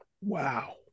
Wow